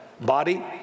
Body